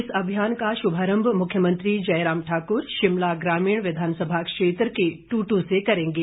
इस अभियान का शुभारंभ मुख्यमंत्री जयराम ठाकुर शिमला ग्रामीण विधानसभा क्षेत्र के टुटू से करेंगे